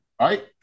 Right